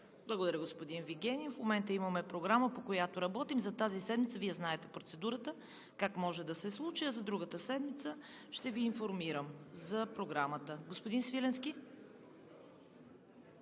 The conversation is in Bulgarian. Благодаря, господин Вигенин. В момента имаме Програма, по която работим. За тази седмица Вие знаете как може да се случи процедурата, а за другата седмица ще Ви информирам за Програмата. Господин Свиленски,